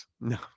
no